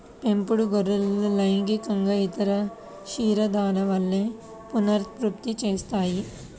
పెంపుడు గొర్రెలు లైంగికంగా ఇతర క్షీరదాల వలె పునరుత్పత్తి చేస్తాయి